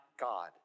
God